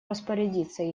распорядиться